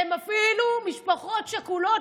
הם אפילו משפחות שכולות,